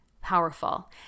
powerful